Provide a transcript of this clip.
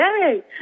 Yay